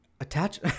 Attach